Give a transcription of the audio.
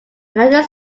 another